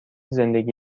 زندگی